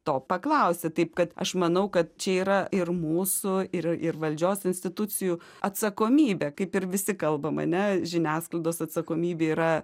to paklausia taip kad aš manau kad čia yra ir mūsų ir ir valdžios institucijų atsakomybė kaip ir visi kalbam ane žiniasklaidos atsakomybė yra